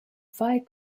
fire